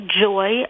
joy